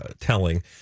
telling